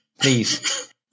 Please